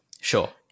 Sure